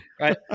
Right